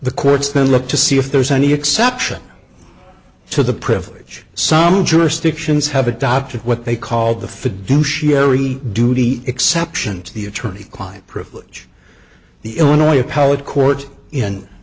the courts then look to see if there's any exception to the privilege some jurisdictions have adopted what they called the fiduciary duty exception to the attorney client privilege the illinois